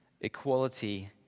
equality